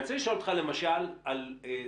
אני רוצה לשאול אותך למשל על סוגיית